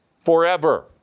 forever